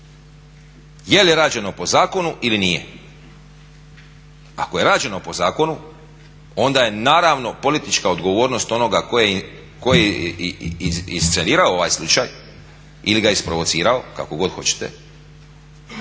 Je li rađeno po zakonu ili nije. Ako je rađeno po zakonu onda je naravno politička odogovornost tko je iscenirao ovaj slučaj ili ga isprovocirao kako god hoćete.